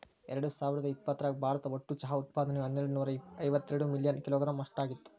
ಎರ್ಡಸಾವಿರದ ಇಪ್ಪತರಾಗ ಭಾರತ ಒಟ್ಟು ಚಹಾ ಉತ್ಪಾದನೆಯು ಹನ್ನೆರಡನೂರ ಇವತ್ತೆರಡ ಮಿಲಿಯನ್ ಕಿಲೋಗ್ರಾಂ ಅಷ್ಟ ಆಗಿತ್ತು